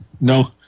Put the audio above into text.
No